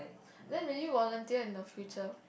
then will you volunteer in the future